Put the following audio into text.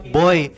boy